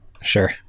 sure